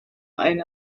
eine